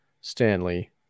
Stanley